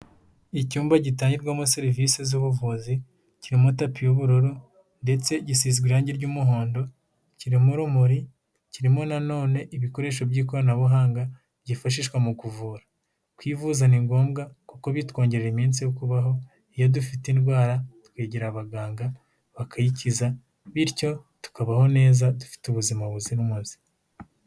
Icyumba gitangirwamo serivisi z'ubuvuzi, kirimo tapi y'ubururu ndetse gisizwe irange ry'umuhondo, kirimo urumuri, kirimo nanone ibikoresho by'ikoranabuhanga byifashishwa mu kuvura. Kwivuza ni ngombwa kuko bitwongerera iminsi yo kubaho, iyo dufite indwara twegera abaganga bakayikiza, bityo tukabaho neza dufite ubuzima buzira umuze.